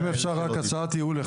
אם אפשר הצעת ייעול,